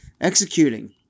executing